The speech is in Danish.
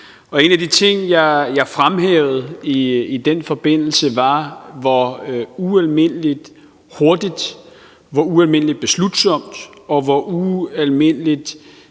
en af de ting, jeg fremhævede i den forbindelse, var, hvor ualmindelig hurtigt, hvor ualmindelig beslutsomt og hvor ualmindelig,